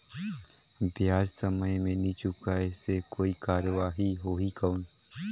ब्याज समय मे नी चुकाय से कोई कार्रवाही होही कौन?